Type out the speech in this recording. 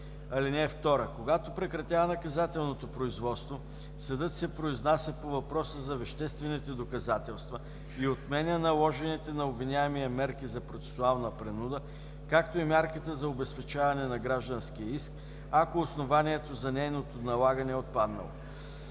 нарушение. (2) Когато прекратява наказателното производство, съдът се произнася по въпроса за веществените доказателства и отменя наложените на обвиняемия мерки за процесуална принуда, както и мярката за обезпечаване на гражданския иск, ако основанието за нейното налагане е отпаднало.